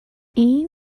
این